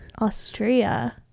Austria